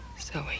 Zoe